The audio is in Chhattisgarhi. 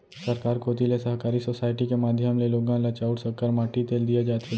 सरकार कोती ले सहकारी सोसाइटी के माध्यम ले लोगन ल चाँउर, सक्कर, माटी तेल दिये जाथे